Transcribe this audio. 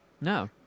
No